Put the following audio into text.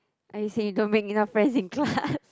I say don't make enough friends in class